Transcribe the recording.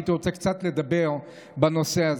הייתי רוצה קצת לדבר בנושא הזה.